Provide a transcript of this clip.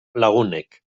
lagunek